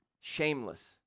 Shameless